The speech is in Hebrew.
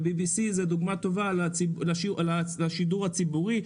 ו-BBC זו דוגמה טובה לשידור הציבורי,